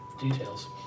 details